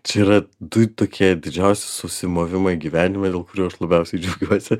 čia yra du tokie didžiausi susimovimai gyvenime dėl kurių aš labiausiai džiaugiuosi